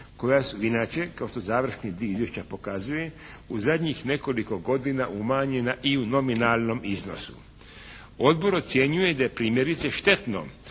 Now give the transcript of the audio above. koja su inače kao što završni dio izvješća pokazuje, u zadnjih nekoliko godina umanjena i u nominalnom iznosu. Odbor ocjenjuje da je primjerice štetno